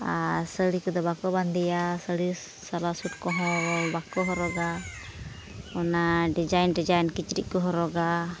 ᱟᱨ ᱥᱟᱹᱲᱤ ᱠᱚᱫᱚ ᱵᱟᱠᱚ ᱵᱟᱸᱫᱮᱭᱟ ᱥᱟᱹᱲᱤ ᱥᱟᱫᱟ ᱥᱩᱴ ᱠᱚᱦᱚᱸ ᱵᱟᱠᱚ ᱦᱚᱨᱚᱜᱟ ᱚᱱᱟ ᱰᱤᱡᱟᱭᱤᱱ ᱰᱤᱡᱟᱭᱤᱱ ᱠᱤᱪᱨᱤᱡ ᱠᱚ ᱦᱚᱨᱚᱜᱟ